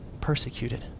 persecuted